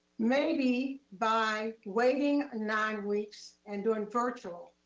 maybe by waiting nine weeks and doing virtual,